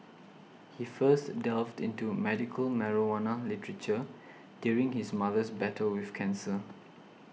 he first delved into medical marijuana literature during his mother's battle with cancer